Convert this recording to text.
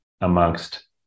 amongst